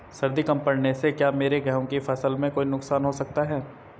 सर्दी कम पड़ने से क्या मेरे गेहूँ की फसल में कोई नुकसान हो सकता है?